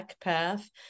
path